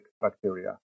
bacteria